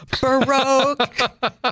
Baroque